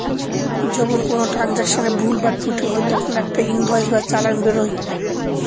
যখন কোনো ট্রান্সাকশনে ভুল বা ত্রুটি হয় তখন একটা ইনভয়েস বা চালান বেরোয়